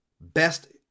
best